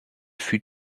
fut